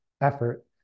effort